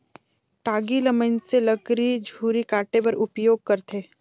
टागी ल मइनसे लकरी झूरी काटे बर उपियोग करथे